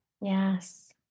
yes